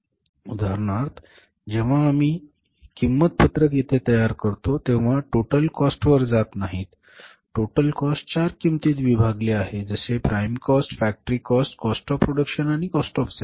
उदाहरणार्थ जेव्हा आम्ही ही किंमत पत्रक येथे तयार करतो तेव्हा थेट टोटल कॉस्ट वर जात नाहीत टोटल कॉस्ट चार किंमतीत विभागले आहे जसे prime cost factory cost cost of production आणि कॉस्ट ऑफ सेल्स